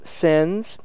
sins